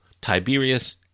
Tiberius